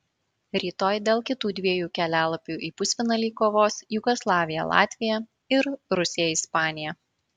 rytoj dėl kitų dviejų kelialapių į pusfinalį kovos jugoslavija latvija ir rusija ispanija